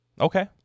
Okay